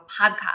podcast